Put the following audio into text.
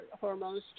hormones